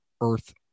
Earth